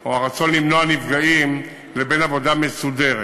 או הרצון למנוע נפגעים, לבין עבודה מסודרת.